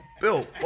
Bill